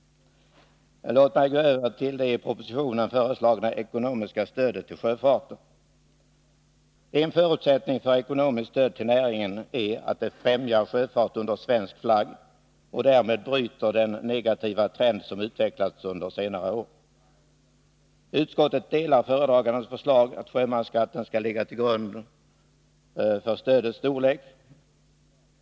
Låt mig gå över till det i propositionen föreslagna ekonomiska stödet till sjöfarten. En förutsättning för ekonomiskt stöd till näringen är att det främjar sjöfart under svensk flagg och därmed bryter den negativa trend som utvecklats under senare år. Utskottet delar föredragandens förslag att sjömansskatten skall ligga till grund för stödets storlek.